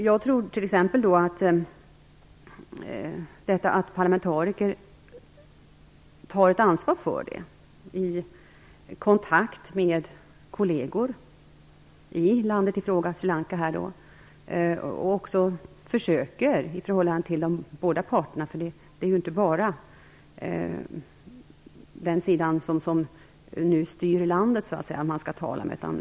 Jag tror att det kan vara en modell att parlamentariker tar ett ansvar i kontakt med kolleger i landet i fråga - i detta fall Sri Lanka - och försöker tala med båda parter. Det är inte bara den sida som nu styr landet som man skall tala med.